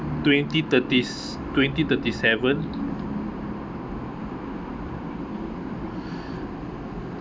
twenty thirties twenty thirty-seven